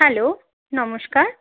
hello নমস্কার